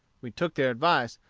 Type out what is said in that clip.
we took their advice,